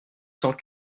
cent